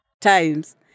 times